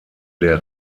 der